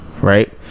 right